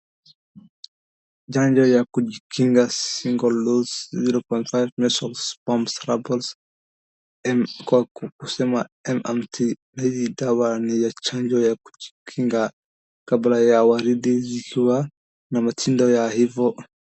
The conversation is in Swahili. Chanjo ya kujikinga, single dose zero point five measles , mumps , rubella , kwa kusema MMT , na hii dawa ni ya chanjo ya kujikinga kabla ya waridi zikiwa na matindo ya hivyo.